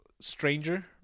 stranger